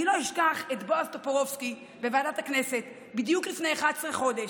אני לא אשכח את בועז טופורובסקי בוועדת הכנסת בדיוק לפני 11 חודש,